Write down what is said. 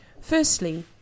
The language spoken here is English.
Firstly